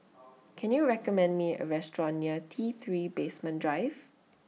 Can YOU recommend Me A Restaurant near T three Basement Drive